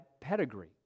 pedigree